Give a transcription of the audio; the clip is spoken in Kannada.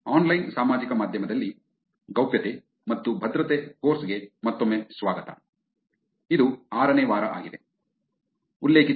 ಆನ್ಲೈನ್ ಸಾಮಾಜಿಕ ಮಾಧ್ಯಮದಲ್ಲಿ ಗೌಪ್ಯತೆ ಮತ್ತು ಭದ್ರತೆ ಕೋರ್ಸ್ ಗೆ ಮತ್ತೊಮ್ಮೆ ಸ್ವಾಗತ ಇದು ಆರನೇ ವಾರ ಆಗಿದೆ